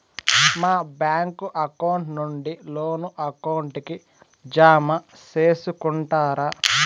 మా bank account నుండి loan account కి జామ సేసుకుంటారా?